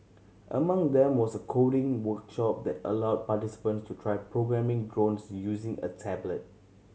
among them was a coding workshop that allowed participants to try programming drones using a tablet